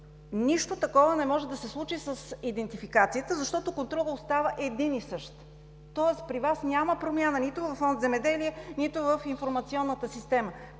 Нищо такова не може да се случи с идентификацията, защото контролът остава един и същ. Тоест при Вас няма промяна нито във Фонд „Земеделие“, нито в информационната система.